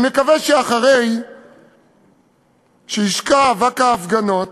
אני מקווה שאחרי שישקע אבק ההפגנות